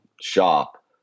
shop